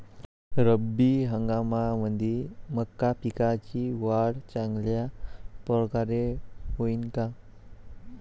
रब्बी हंगामामंदी मका पिकाची वाढ चांगल्या परकारे होईन का?